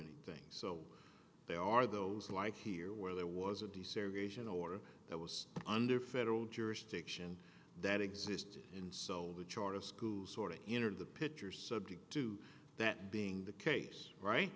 anything so they are those like here where there was a desegregation order that was under federal jurisdiction that existed in sol the charter schools sort of entered the picture subject to that being the case right